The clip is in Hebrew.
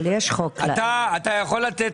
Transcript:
תוכל לתת